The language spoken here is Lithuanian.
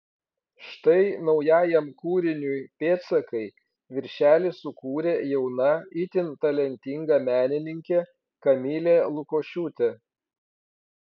štai naujajam kūriniui pėdsakai viršelį sukūrė jauna itin talentinga menininkė kamilė lukošiūtė